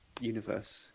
universe